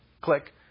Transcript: click